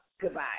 goodbye